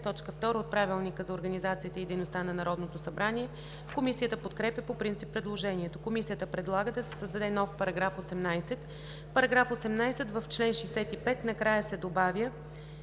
5, т. 2 от Правилника за организацията и дейността на Народното събрание. Комисията подкрепя по принцип предложението. Комисията предлага да се създаде нов § 18: „§ 18. В чл. 65 накрая се добавя